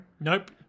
Nope